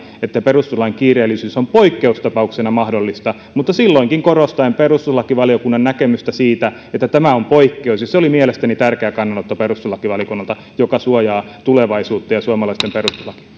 että perustuslain kiireellisyys on poikkeustapauksena mahdollista mutta silloinkin korostaen perustuslakivaliokunnan näkemystä siitä että tämä on poikkeus se oli mielestäni tärkeä kannanotto perustuslakivaliokunnalta joka suojaa tulevaisuutta ja suomalaisten